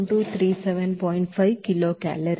5 kilocalorie